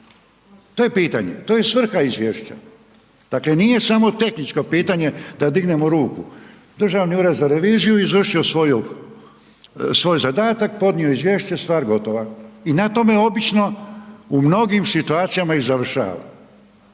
To je pitanje, to je svrha izvješća. Dakle, nije samo tehničko pitanje da dignemo ruku, državni ured za reviziju, izvršio svoj zadatak, podnio izvješće stvar gotova i na tome obično, u mnogim situacijama i završava.